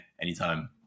anytime